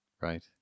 right